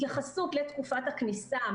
התייחסות לתקופת הכניסה,